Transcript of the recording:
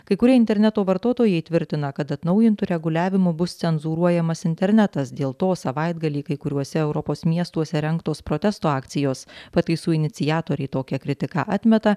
kai kurie interneto vartotojai tvirtina kad atnaujintu reguliavimu bus cenzūruojamas internetas dėl to savaitgalį kai kuriuose europos miestuose rengtos protesto akcijos pataisų iniciatoriai tokią kritiką atmeta